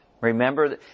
Remember